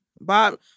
Bob